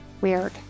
weird